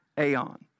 aeon